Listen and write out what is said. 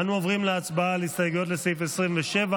אנו עוברים להצבעה על הסתייגויות לסעיף 27,